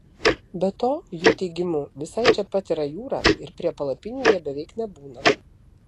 be to jų teigimu visai čia pat yra jūra ir prie palapinių jie beveik nebūna